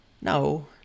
No